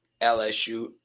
LSU